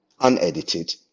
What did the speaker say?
unedited